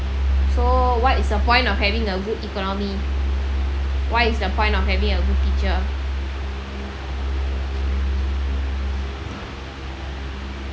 so what is the point of having a good economy what is the point of having a good teacher